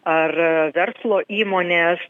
ar verslo įmonės